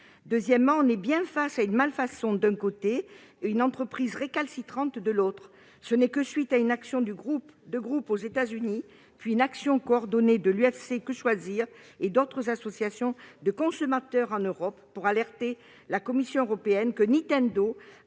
Deuxièmement, on est bien face à une malfaçon et à une entreprise récalcitrante : ce n'est qu'à la suite d'une action de groupe aux États-Unis, puis d'une action coordonnée par l'UFC-Que choisir et d'autres associations de consommateurs en Europe, afin d'alerter la Commission européenne, que Nintendo